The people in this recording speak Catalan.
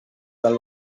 del